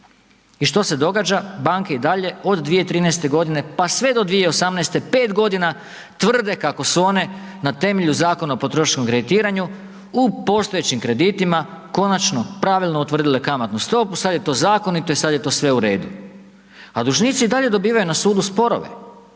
I što se događa? Banke i dalje od 2013. godine pa sve do 2018. 5 godina tvrde kako su one na temelju Zakona o potrošačkom kreditiranju u postojećim kreditima pravilno utvrdile kamatnu stopu, sad je to zakonito i sad je to sve u redu. A dužnici i dalje dobivaju na sudu sporove